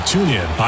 TuneIn